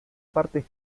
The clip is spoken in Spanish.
partes